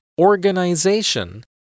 organization